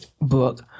book